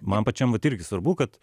man pačiam vat irgi svarbu kad